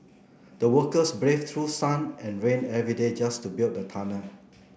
the workers braved through sun and rain every day just to build the tunnel